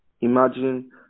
Imagine